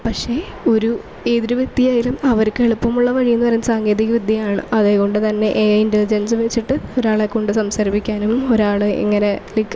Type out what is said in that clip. പക്ഷേ ഒരു ഏതൊരു വ്യക്തിയായാലും അവർക്ക് എളുപ്പമുള്ള വഴി എന്ന് പറയുന്നത് സാങ്കേതിക വിദ്യയാണ് അതുകൊണ്ട് തന്നെ എഐ ഇൻറ്റലിജൻസ് വച്ചിട്ട് ഒരാളെ കൊണ്ട് സംസാരിപ്പിക്കാനും ഒരാൾ എങ്ങനെ ലൈക്